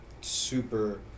super